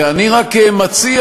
ואני רק מציע,